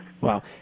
Wow